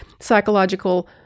psychological